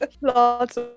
Lots